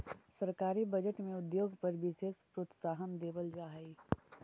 सरकारी बजट में उद्योग पर विशेष प्रोत्साहन देवल जा हई